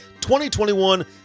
2021